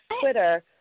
Twitter